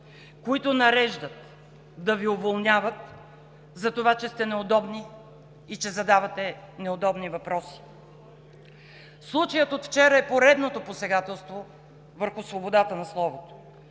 които нареждат да Ви уволняват затова, че сте неудобни и че задавате неудобни въпроси. Случаят от вчера е поредното посегателство върху свободата на словото.